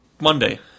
Monday